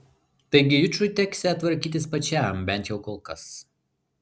taigi jučui teksią tvarkytis pačiam bent jau kol kas